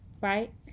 Right